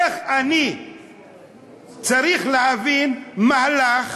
איך אני צריך להבין מהלך